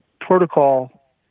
protocol